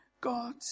God